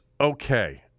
okay